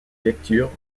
lectures